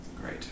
Great